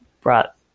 brought